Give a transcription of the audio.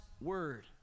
Word